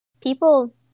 People